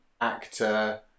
actor